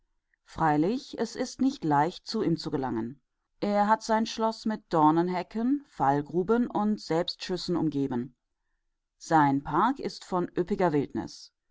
freilich es ist nicht leicht zu ihm zu gelangen er hat sein schloß mit dornenhecken fallgruben und selbstschüssen umgeben sein park ist von üppiger wildnis